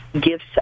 gifts